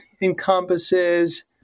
encompasses